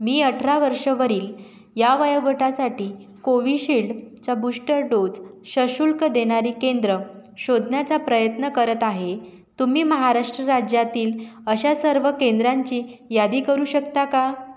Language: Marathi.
मी अठरा वर्षं वरील या वयोगटासाठी कोविशिल्डचा बूश्टर डोज सशुल्क देणारी केंद्रं शोधण्याचा प्रयत्न करत आहे तुम्ही महाराष्ट्र राज्यातील अशा सर्व केंद्रांची यादी करू शकता का